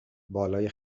بالای